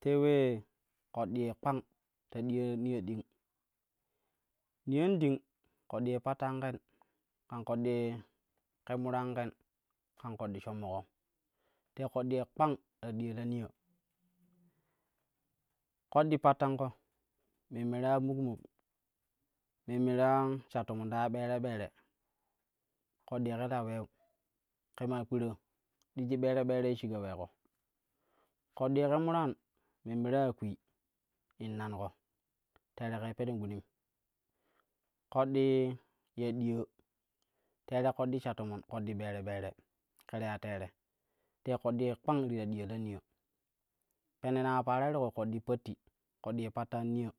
Te ulee ƙoɗɗi ye kpang ti ta diya niya ding, niya ding ƙoɗɗi ye pattan ken, kan ƙoɗɗi ye ke muran ken, kan ƙoɗɗi shommo ko te ƙoɗɗi ye kpang ta diya la niyo. Ƙoɗɗi pattanko, memma ta ya ɓere ɓere ƙoɗɗi ye ke la wiu ke maa kpira digi ɓere ɓerei shiga uleeko, ƙoɗɗi ye ke muran memime ta ya kwii in nanko teere kei peno gunim. Ƙoɗɗi ya diya terei ƙoɗɗi sha toman, ƙoɗɗi ɓere ɓere ke ta ya teere te ƙoɗɗi ye kang ti ta diya la niyan ding pene ne ta ya paro nei ti ku ƙoɗɗi patti, ƙoɗɗi ye pattan niyo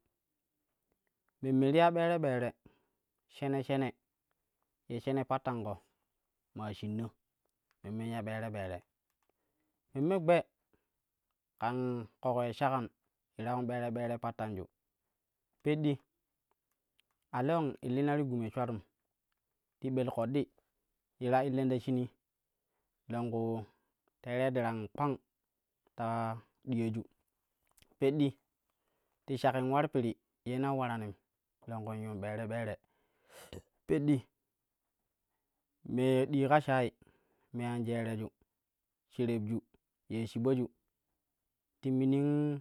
memme ti ya ɓere ɓere shene shene ye shene pattanko maa shinna memman ya ɓere ɓere. Memme gbe kam ƙoƙo ye shekan ta yuun ɓere ɓere pattan ju peddi a lewan in illina ti gume shwatum ti bel ƙoɗɗi ye ta illen ta shinii longku terei darangin kang ta diya ju peddi ti shaki in ular piri ye nau ularanim langku in yuun ɓere ɓere. Peddi me ɗii ka shayi me an jereju, sherebju ye shibaju ti mimin.